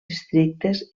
districtes